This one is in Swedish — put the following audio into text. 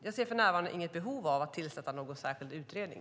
Jag ser för närvarande inget behov av att tillsätta någon särskild utredning.